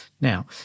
Now